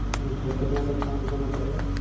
अच्छा कितना डिस्काउंट देना पड़ेगा